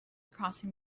crossing